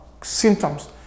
symptoms